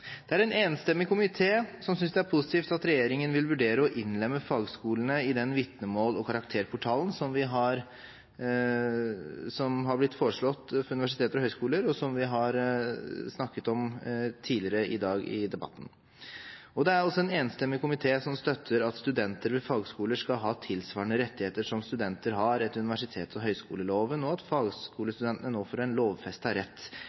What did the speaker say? Det er en enstemmig komité som synes det er positivt at regjeringen vil vurdere å innlemme fagskolene i den vitnemåls- og karakterportalen som har blitt foreslått for universiteter og høyskoler, og som vi har snakket om tidligere i dag i debatten. Det er også en enstemmig komité som støtter at studenter ved fagskoler skal ha tilsvarende rettigheter som studenter har etter universitets- og høyskoleloven, og at fagskolestudentene nå får en lovfestet rett